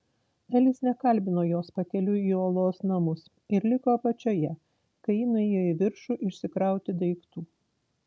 elis nekalbino jos pakeliui į uolos namus ir liko apačioje kai ji nuėjo į viršų išsikrauti daiktų